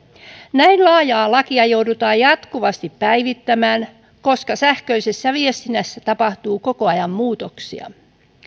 näin laajaa lakia joudutaan jatkuvasti päivittämään koska sähköisessä viestinnässä tapahtuu koko ajan muutoksia